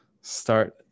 start